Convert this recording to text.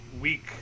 week